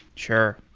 sure.